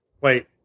Wait